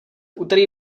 úterý